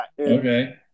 Okay